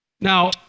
Now